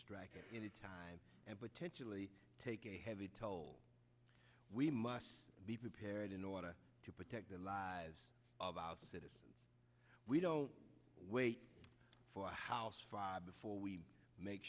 strike at any time and potentially take a heavy toll we must be prepared in order to protect the lives of our citizens we don't wait for a house fire before we make